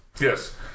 Yes